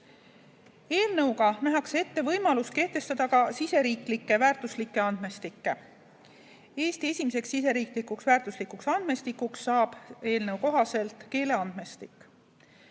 Eelnõuga nähakse ette võimalus kehtestada ka siseriiklikke väärtuslikke andmestikke. Eesti esimeseks siseriiklikuks väärtuslikuks andmestikus saab eelnõu kohaselt keeleandmestik.